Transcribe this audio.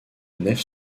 nef